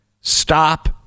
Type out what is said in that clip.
Stop